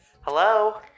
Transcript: Hello